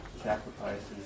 sacrifices